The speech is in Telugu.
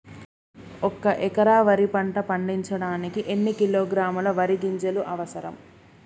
ఒక్క ఎకరా వరి పంట పండించడానికి ఎన్ని కిలోగ్రాముల వరి గింజలు అవసరం?